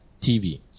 TV